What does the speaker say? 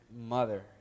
mother